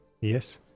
Yes